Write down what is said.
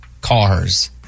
cars